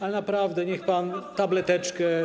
ale naprawdę, niech pan tableteczkę.